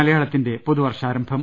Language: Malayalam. മലയാളത്തിന്റെ പുതുവർഷാരംഭം